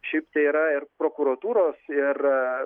šiaip tai yra ir prokuratūros ir